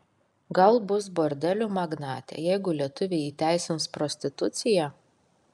gal bus bordelių magnatė jeigu lietuviai įteisins prostituciją